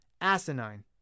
asinine